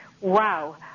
Wow